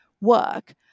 work